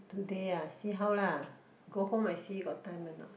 today ah see how lah go home I see got time or not